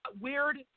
weird